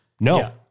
No